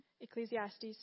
Ecclesiastes